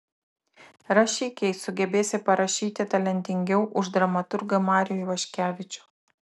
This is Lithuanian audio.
rašyk jei sugebėsi parašyti talentingiau už dramaturgą marių ivaškevičių